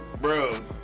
bro